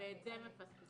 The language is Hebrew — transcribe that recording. ואת זה מפספסים.